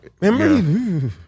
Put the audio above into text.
Remember